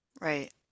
right